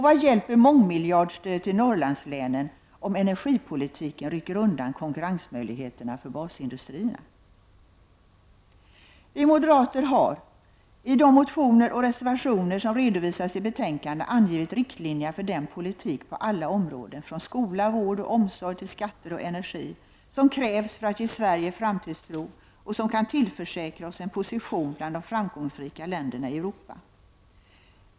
Vad hjälper mångmiljardstöd till Norrlandslänen om energipolitiken rycker undan konkurrensmöjligheterna för basindustrierna? Vi moderater har i de motioner och reservationer som redovisas i betänkandena angivit riktlinjerna för den politik på alla områden — från skola, vård och omsorg till skatter och energi — som krävs för att ge Sverige framtidstro och som kan tillförsäkra oss en position bland de framgångsrika länderna i Europa.